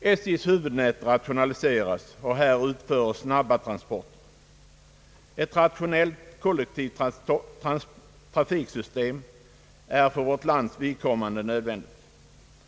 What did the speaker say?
SJ:s huvudnät rationaliseras, och här utföres snabba transporter. Ett rationellt kollektivt trafiksystem är för vårt land nödvändigt.